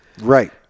Right